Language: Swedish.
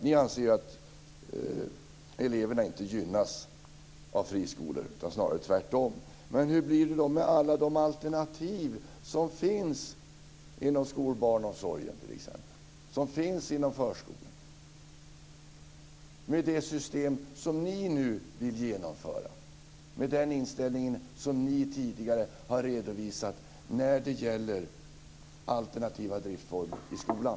Ni anser att eleverna inte gynnas av friskolor, utan snarare tvärtom. Men hur blir det då med alla de alternativ som finns inom barnomsorgen, t.ex., och som finns inom förskolorna, med det system ni nu vill genomföra och med den inställning ni tidigare har redovisat när det gäller alternativa driftsformer i skolan?